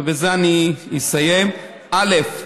ובזה אסיים: א.